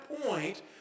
point